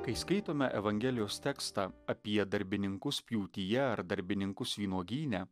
kai skaitome evangelijos tekstą apie darbininkus pjūtyje ar darbininkus vynuogyne